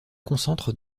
concentrent